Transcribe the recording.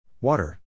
Water